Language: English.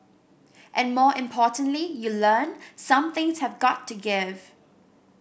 and more importantly you learn some things have got to give